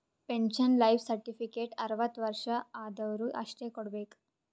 pension life certificate ಅರ್ವತ್ ವರ್ಷ ಆದ್ವರು ಅಷ್ಟೇ ಕೊಡ್ಬೇಕ